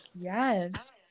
Yes